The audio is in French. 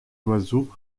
oiseaux